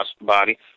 body